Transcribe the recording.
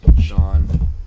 Sean